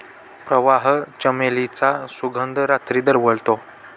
प्रवाळ, चमेलीचा सुगंध रात्री दरवळतो